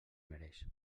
mereix